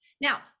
now